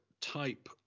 type